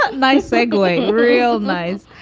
but nice ah going. real nice.